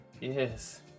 Yes